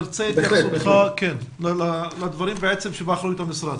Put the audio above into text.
נרצה תגובה לדברים שבאחריות המשרד.